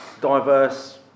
diverse